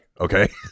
Okay